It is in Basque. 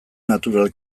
natural